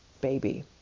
baby